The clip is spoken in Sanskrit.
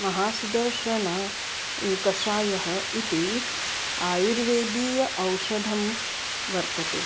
महासुदर्शन य कषायः इति आयुर्वेदीय औषधं वर्तते